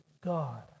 God